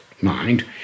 mind